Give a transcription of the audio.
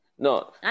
No